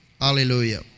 Hallelujah